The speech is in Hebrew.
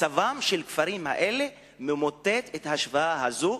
מצבם של הכפרים האלה ממוטט את ההשוואה הזאת,